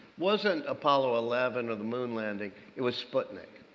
wasn't apollo eleven or the moon landing. it was sputnik.